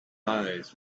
eyes